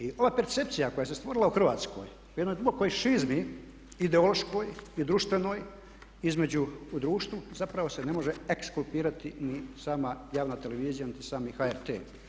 I ova percepcija koja se stvorila u Hrvatskoj u jednoj dubokoj šizmi ideološkoj i društvenoj, između u društvu zapravo se ne može ekskulpirati ni sama javna televizija niti sami HRT.